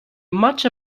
much